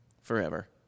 forever